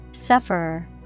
Sufferer